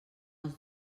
els